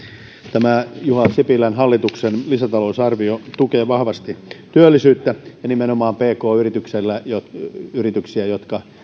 tämä juha sipilän hallituksen lisätalousarvio tukee vahvasti työllisyyttä ja nimenomaan pk yrityksiä jotka